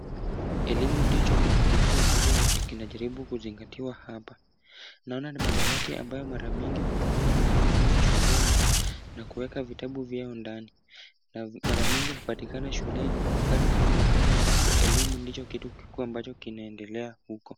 Elimu ndicho kitu kikuu ambacho kinajaribu kuzingatiwa hapa. Naona ni madawati ambayo mara mingi hutumiwa na wanafunzi shuleni na kueka vitabu vyao ndani na mara mingi hupatikana shuleni mahali ambapo elimu ndicho kitu kikuu ambacho kinaendelea huko.